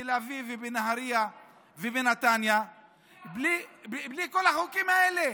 בתל אביב, בנהריה ובנתניה בלי כל החוקים האלה.